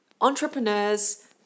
Entrepreneurs